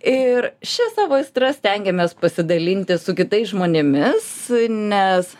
ir šia savo aistra stengiamės pasidalinti su kitais žmonėmis nes